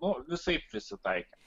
nu visai prisitaikė